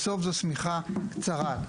בסוף זו שמיכה קצרה.